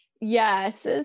Yes